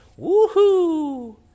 Woohoo